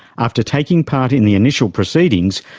after taking part in the initial proceedings,